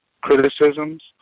criticisms